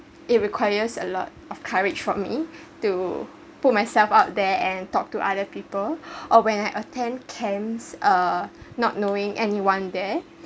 it requires a lot of courage for me to put myself out there and talk to other people or when I attend camps uh not knowing anyone there